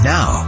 Now